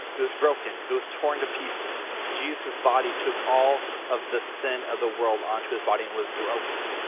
it was broken it was torn to pieces jesus body took all of the sin of the world onto his body and was broken